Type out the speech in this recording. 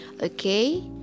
okay